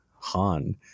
Han